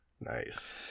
Nice